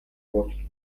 bosque